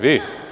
Vi?